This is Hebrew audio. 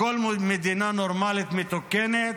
בכל מדינה נורמלית ומתוקנת,